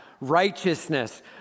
Righteousness